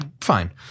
fine